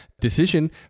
decision